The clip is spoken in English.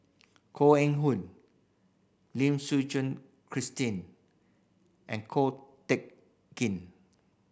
Koh Eng Hoon Lim Suchen Christine and Ko Teck Kin